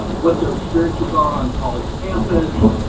what their experiences are on college campus?